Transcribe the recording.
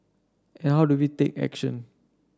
and how do we take action